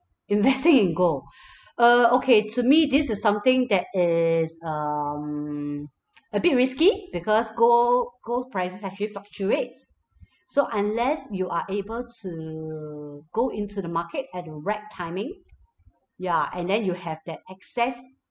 investing in gold uh okay to me this is something that is um a bit risky because gold gold prices actually fluctuates so unless you are able to go into the market at the right timing ya and then you have that excess